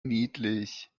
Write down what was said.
niedlich